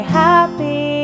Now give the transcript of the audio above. happy